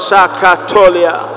Sakatolia